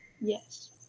Yes